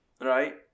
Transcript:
right